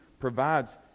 provides